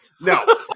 No